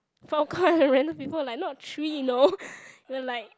popcorn at random people like not three you know and like